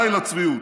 די לצביעות.